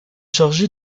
chargé